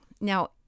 Now